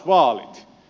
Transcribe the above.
vaalit